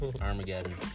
Armageddon